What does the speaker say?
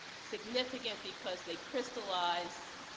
significant because they crystallize